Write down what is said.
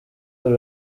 uri